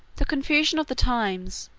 the confusion of the times,